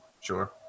Sure